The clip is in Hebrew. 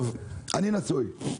אני נשוי.